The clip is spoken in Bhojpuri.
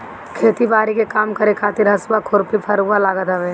खेती बारी के काम करे खातिर हसुआ, खुरपी, फरुहा लागत हवे